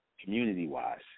Community-wise